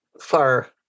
far